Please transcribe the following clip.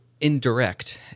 indirect